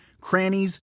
crannies